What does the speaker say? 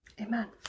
Amen